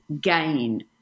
gain